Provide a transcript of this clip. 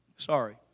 Sorry